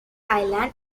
island